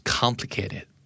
complicated